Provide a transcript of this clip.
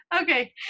Okay